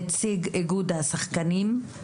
נציג איגוד השחקנים,